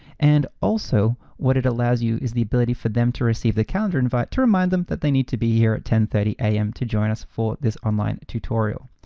and also, what it allows you is the ability for them to receive the calendar invite to remind them that they need to be here at ten thirty a m. to join us for this online tutorial.